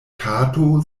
kato